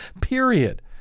period